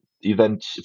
event